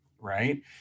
right